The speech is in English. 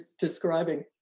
describing